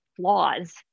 flaws